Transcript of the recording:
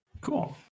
Cool